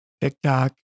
TikTok